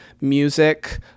music